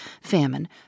famine